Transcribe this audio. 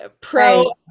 pro